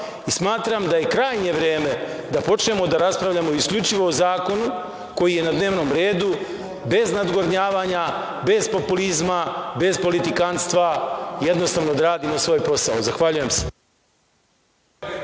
smatram da je krajnje vreme da počnemo da raspravljamo isključivo o zakonu koji je na dnevnom redu, bez nadgordnjavanja, bez populizma, bez politikanstva, jednostavno da radimo svoj posao. Zahvaljujem se.